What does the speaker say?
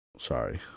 sorry